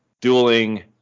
dueling